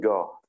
God